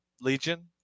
legion